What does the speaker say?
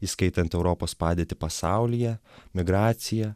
įskaitant europos padėtį pasaulyje migraciją